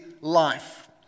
life